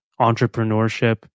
entrepreneurship